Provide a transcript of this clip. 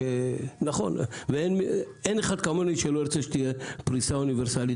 אין אחד כמוני שלא רוצה שתהיה פריסה אוניברסלית